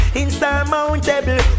insurmountable